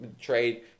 trade